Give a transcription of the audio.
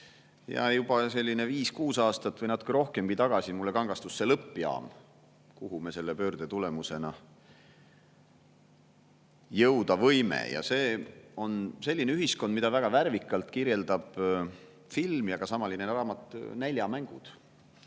Juba viis-kuus aastat või natuke rohkem tagasi kangastus mulle see lõppjaam, kuhu me selle pöörde tulemusena jõuda võime. See on selline ühiskond, mida väga värvikalt kirjeldab film ja ka samanimeline raamat "Näljamängud".